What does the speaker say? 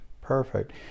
Perfect